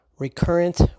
Recurrent